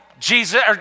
Jesus